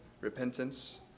repentance